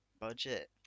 budget